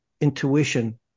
intuition